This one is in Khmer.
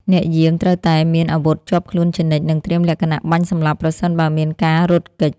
អ្នកយាមត្រូវតែមានអាវុធជាប់ខ្លួនជានិច្ច និងត្រៀមលក្ខណៈបាញ់សម្លាប់ប្រសិនបើមានការរត់គេច។